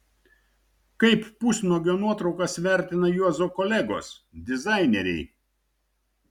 kaip pusnuogio nuotraukas vertina juozo kolegos dizaineriai